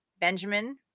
Benjamin